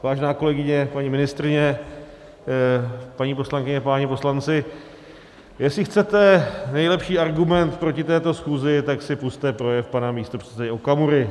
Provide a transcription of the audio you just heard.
Vážená kolegyně, paní ministryně, paní poslankyně, páni poslanci, jestli chcete nejlepší argument proti této schůzi, tak si pusťte projev pana místopředsedy Okamury.